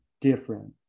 different